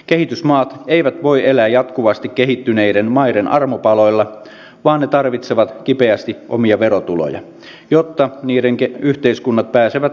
kehitysmaat eivät voi elää jatkuvasti kehittyneiden maiden armopaloilla vaan ne tarvitsevat kipeästi omia verotuloja jotta niiden yhteiskunnat pääsevät tasapainoisesti kehittymään